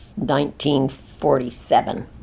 1947